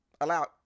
allow